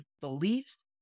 beliefs